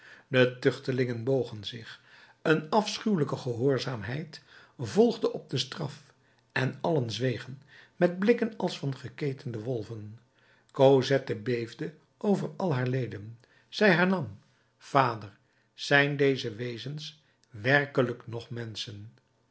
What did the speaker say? de tuchtelingen bogen zich een afschuwelijke gehoorzaamheid volgde op de straf en allen zwegen met blikken als van geketende wolven cosette beefde over al haar leden zij hernam vader zijn deze wezens werkelijk nog menschen